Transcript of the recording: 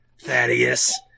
Thaddeus